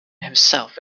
himself